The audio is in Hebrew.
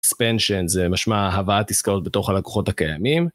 ספנשן זה משמע הבאת עיסקאות בתוך הלקוחות הקיימים.